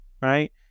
right